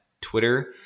Twitter